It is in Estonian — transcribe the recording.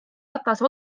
ratase